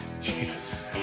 Jesus